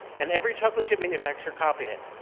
and every chocolate chip manufacturer copied it.